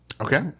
Okay